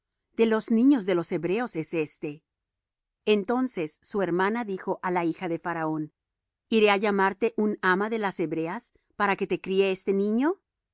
de los niños de los hebreos es éste entonces su hermana dijo á la hija de faraón iré á llamarte un ama de las hebreas para que te críe este niño